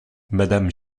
madame